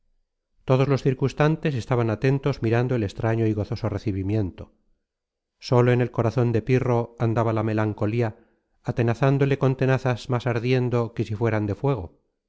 todos los circunstantes estaban atentos mirando el extraño y gozoso recibimiento sólo en el corazon de pirro andaba la melancolía atenaceándole con tenazas más ardiendo que si fueran de fuego